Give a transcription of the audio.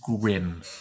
grim